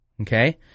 Okay